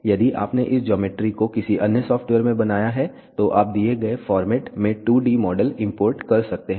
यदि आपने इस ज्योमेट्री को किसी अन्य सॉफ़्टवेयर में बनाया है तो आप दिए गए फॉर्मेट में 2D मॉडल इंपोर्ट कर सकते हैं